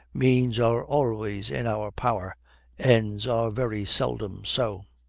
means are always in our power ends are very seldom so.